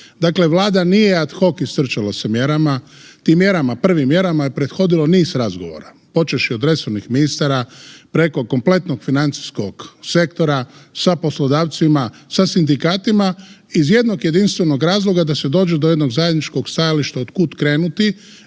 Dakle, Vlada nije ad hoc istrčala sa mjerama, tim mjerama, prvim mjerama je prethodilo niz razgovora, počevši od resornih ministara, preko kompletnog financijskog sektora sa poslodavcima, sa sindikatima iz jednog jedinstvenog razloga da se dođe do jednog zajedničkog stajališta od kud krenuti